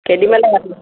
केॾीमहिल ह